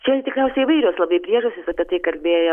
čia tikriausiai įvairios labai priežastys apie tai kalbėjo